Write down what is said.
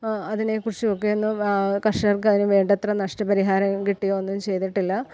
അതിനേക്കുറിച്ചുമൊക്കെ ഒന്ന് കർഷകർക്ക് അതിനു വേണ്ടത്ര നഷ്ടപരിഹാരം കിട്ടുമോ ഒന്നും ചെയ്തിട്ടില്ല